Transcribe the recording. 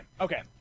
Okay